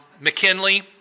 McKinley